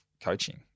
coaching